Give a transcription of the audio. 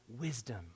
wisdom